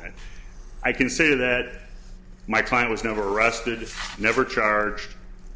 in it i can say that my client was never arrested never charged